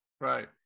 Right